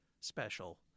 special